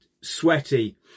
sweaty